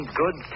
good